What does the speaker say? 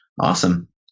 awesome